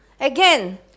Again